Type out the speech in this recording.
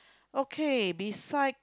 okay beside